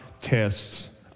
tests